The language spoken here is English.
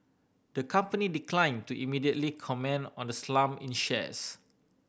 the company declined to immediately comment on the slump in shares